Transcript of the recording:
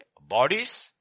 Bodies